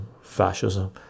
fascism